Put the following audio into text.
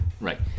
right